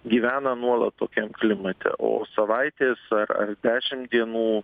gyvena nuolat tokiam klimate o savaitės ar ar dešimt dienų